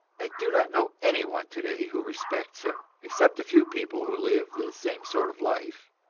i do not know anyone today who respects him except a few people who live the same sort of life.